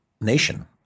nation